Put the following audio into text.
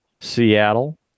Seattle